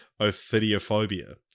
Ophidiophobia